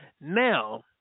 now